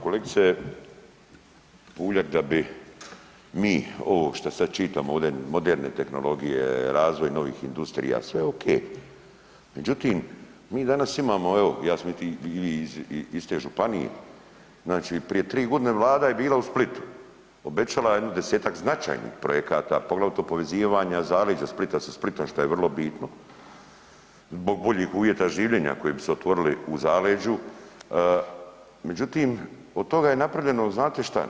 Kolegice Puljak, da bi mi ovo što sad čitamo ovde, moderne tehnologije, razvoj novih industrija, sve okej, međutim, mi danas imamo evo, ja sam evo i iz te županije, znači prije 3 godine Vlada je bila u Splitu, obećala je 10-tak značajnih projekata, poglavito povezivanja zaleđa Splita sa Splitom, što je vrlo bitno, zbog boljih uvjeta življenja koji bi se otvorili u zaleđu, međutim, od toga je napravljeno znate šta?